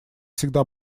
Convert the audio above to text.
всегда